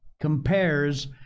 compares